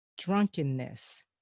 drunkenness